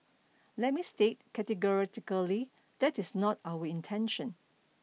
let me state categorically that is not our intention